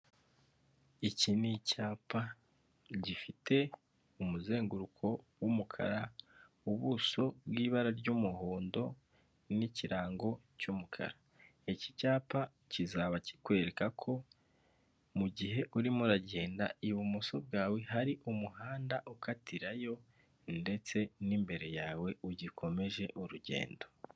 Iki n'icyapa gifite umuzenguruko w'umukara, ubuso bw'ibara ry'umuhondo n'ikirango cy'umukara, iki cyapa kizaba kikwereka ko mugihe urimo uragenda ibumoso bwawe hari umuhanda ukatirayo ndetse n'imbere yawe ugikomeje urugendo.